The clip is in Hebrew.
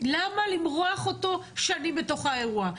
למה למרוח אותו שנים בתוך האירוע?